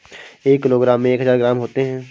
एक किलोग्राम में एक हजार ग्राम होते हैं